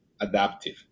adaptive